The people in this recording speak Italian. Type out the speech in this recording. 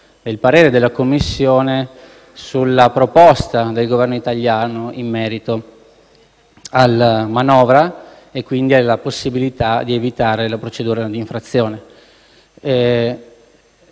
del parere della Commissione sulla proposta del Governo italiano in merito alla manovra e quindi alla possibilità di evitare la procedura di infrazione.